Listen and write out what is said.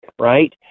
right